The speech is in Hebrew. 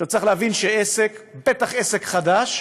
עכשיו, צריך להבין שעסק, בטח עסק חדש,